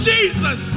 Jesus